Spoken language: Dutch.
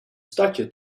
stadje